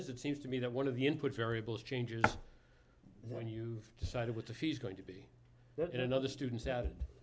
is it seems to me that one of the input variables changes when you've decided what the fees going to be in another student's out